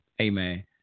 Amen